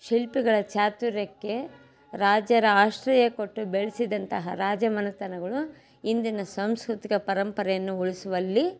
ಶಿಲ್ಪಿಗಳ ಚಾತುರ್ಯಕ್ಕೆ ರಾಜರ ಆಶ್ರಯ ಕೊಟ್ಟು ಬೆಳೆಸಿದಂತಹ ರಾಜಮನೆತನಗಳು ಇಂದಿನ ಸಾಂಸ್ಕೃತಿಕ ಪರಂಪರೆಯನ್ನು ಉಳಿಸುವಲ್ಲಿ